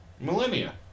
Millennia